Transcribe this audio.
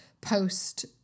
post